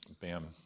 BAM